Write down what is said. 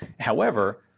however,